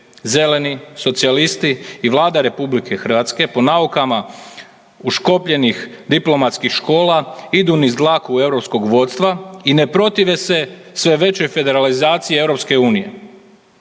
Zeleni, socijalisti i Vlada RH po naukama uškopljenih diplomatskih škola idu niz dlaku europskog vodstva i ne protive se sve većoj federalizaciji EU, a za sve